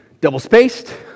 Double-spaced